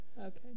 Okay